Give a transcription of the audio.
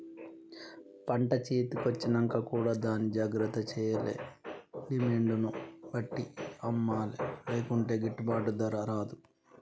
పంట చేతి కొచ్చినంక కూడా దాన్ని జాగ్రత్త చేయాలే డిమాండ్ ను బట్టి అమ్మలే లేకుంటే గిట్టుబాటు ధర రాదు